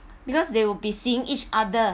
because they will be seeing each other